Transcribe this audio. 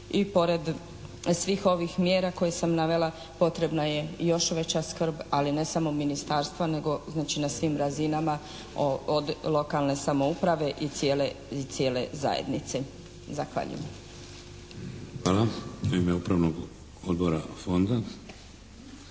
i pored svih ovih mjera koje sam navela potrebna je i još veća skrb, ali ne samo ministarstva nego znači na svim razinama od lokalne samouprave i cijele zajednice. Zahvaljujem. **Šeks, Vladimir (HDZ)** Hvala. U ime Upravnog odbora Fonda,